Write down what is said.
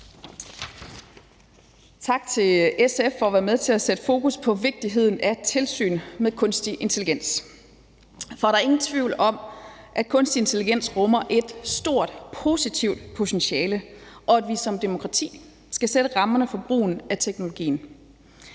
Tak til SF for at være med til at sætte fokus på vigtigheden af tilsyn med kunstig intelligens. For der er ingen tvivl om, at kunstig intelligens rummer et stort positivt potentiale, og at vi som demokrati skal sætte rammerne for brugen af teknologien.